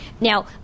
Now